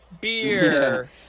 Beer